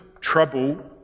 trouble